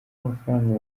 amafaranga